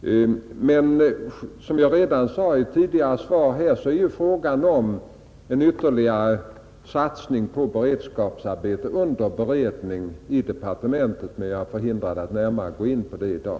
Som jag sade i ett tidigare svar är frågan om en ytterligare satsning på beredskapsarbeten under beredning i departementet, men jag är hindrad att närmare gå in på det i dag.